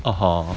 (uh huh)